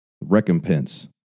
recompense